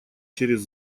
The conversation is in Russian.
через